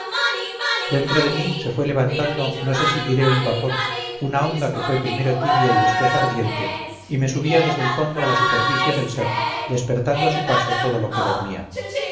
dentro de mí se fue levantando no sé si diré un vapor una onda que fue primero tibia y después ardiente y me subía desde el fondo a la superficie del ser despertando a su paso todo lo que dormía